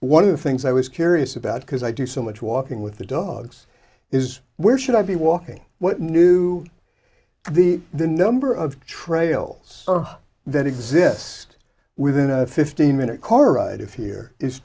one of the things i was curious about because i do so much walking with the dogs is where should i be walking what knew the the number of trails that exist within a fifteen minute car ride if here is